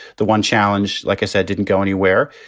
the one challenge, like i said, didn't go anywhere.